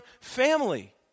family